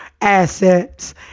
assets